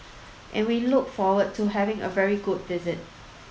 and we look forward to having a very good visit